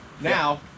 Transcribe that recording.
Now